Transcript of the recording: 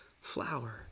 flower